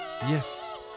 Yes